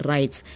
Rights